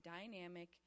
dynamic